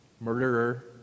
Murderer